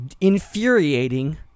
infuriating